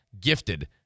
gifted